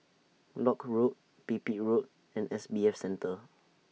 Lock Road Pipit Road and S B F Center